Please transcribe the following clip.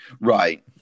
Right